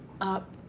up